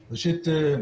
ראשית,